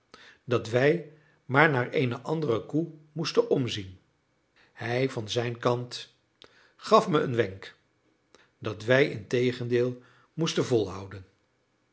dat wij maar naar eene andere koe moesten omzien hij van zijn kant gaf me een wenk dat wij integendeel moesten volhouden